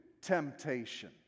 temptation